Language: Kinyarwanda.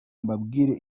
mbabwire